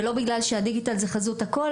ולא בגלל שהדיגיטל זה חזות הכל,